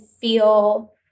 feel